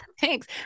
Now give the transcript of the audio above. Thanks